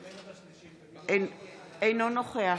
סמי אבו שחאדה, אינו נוכח